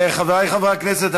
חברי חברי הכנסת,